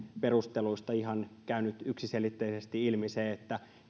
perusteluista ihan käynyt yksiselitteisesti ilmi se